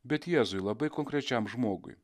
bet jėzui labai konkrečiam žmogui